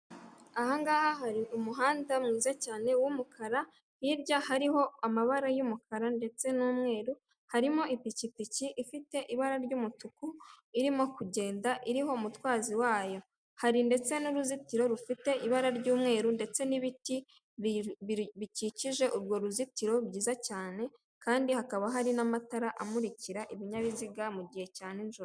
Ahangaha hari umuhanda mwiza cyane w'umukara, hirya hariho amabara y'umukara ndetse n'umweru, harimo ipikipiki ifite ibara ry'umutuku irimo kugenda iriho mutwazi wayo. Hari ndetse n'uruzitiro rufite ibara ry'umweru ndetse n'ibiti bikikije urwo ruzitiro, byiza cyane kandi hakaba hari n'amatara amuririka ibinyabiziga mu gihe cya nijoro.